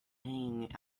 hanging